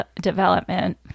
Development